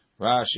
Rashi